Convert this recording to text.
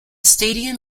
stadium